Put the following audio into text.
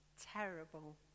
terrible